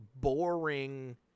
boring